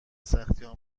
سختیها